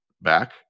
back